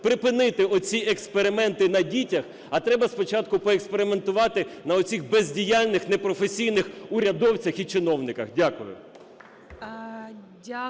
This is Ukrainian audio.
припинити оці експерименти на дітях, а треба спочатку поекспериментувати на оцих бездіяльних, непрофесійних урядовцях і чиновниках. Дякую.